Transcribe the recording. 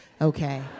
okay